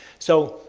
so,